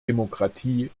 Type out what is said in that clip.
demokratie